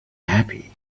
happy